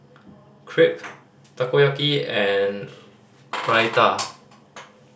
Crepe Takoyaki and Raita